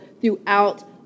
throughout